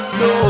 no